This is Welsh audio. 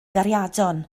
gariadon